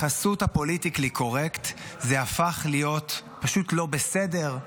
בחסות הפוליטיקלי-קורקט זה הפך להיות פשוט לא בסדר,